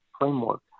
framework